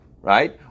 right